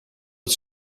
het